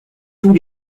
tous